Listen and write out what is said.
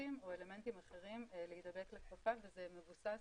מווירוסים או אלמנטים אחרים להדבק לכפפה וזה מבוסס